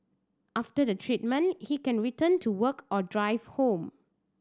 after the treatment he can return to work or drive home